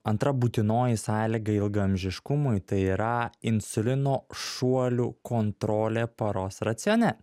antra būtinoji sąlyga ilgaamžiškumui tai yra insulino šuolių kontrolė paros racione